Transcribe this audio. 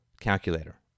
calculator